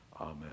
amen